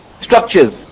structures